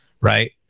right